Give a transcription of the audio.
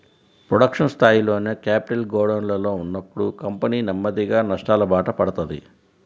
production స్థాయిలోనే capital గోడౌన్లలో ఉన్నప్పుడు కంపెనీ నెమ్మదిగా నష్టాలబాట పడతది